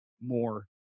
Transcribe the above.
more